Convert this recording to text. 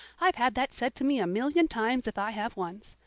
i've had that said to me a million times if i have once.